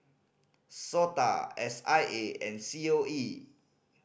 SOTA S I A and C O E